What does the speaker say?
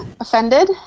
offended